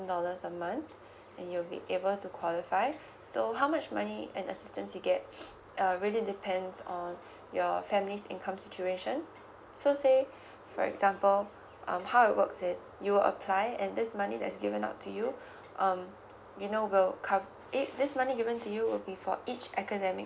dollars a month and you will be able to qualify so how much money and assistance you get err really depends on your family's income situation so say for example um how it works is you apply and this money that is given up to you um you know will cov~ it this money given to you will be for each academic